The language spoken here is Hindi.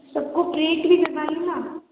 सब को प्रेट ही करवाइए ना